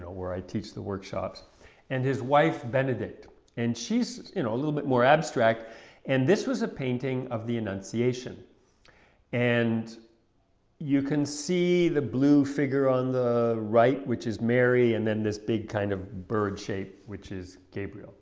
where i teach the workshops and his wife benedict and she's you know a little bit more abstract and this was a painting of the annunciation and you can see the blue figure on the right which is mary and then this big kind of bird shape which is gabriel